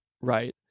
right